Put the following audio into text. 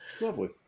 Lovely